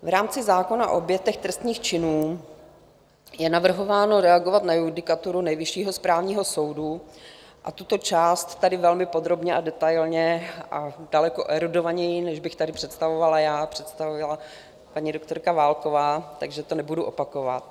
V rámci zákona o obětech trestných činů je navrhováno reagovat na judikaturu Nejvyššího správního soudu a tuto část tady velmi podrobně a detailně a daleko erudovaněji, než bych tady představovala já, představila paní doktorka Válková, takže to nebudu opakovat.